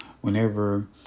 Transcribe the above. whenever